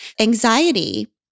Anxiety